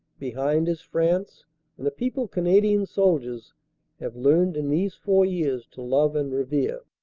behind is france and a people canadian soldiers have learned in these four years to love and revere.